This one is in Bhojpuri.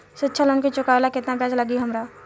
शिक्षा लोन के चुकावेला केतना ब्याज लागि हमरा?